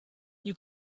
you